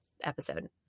episode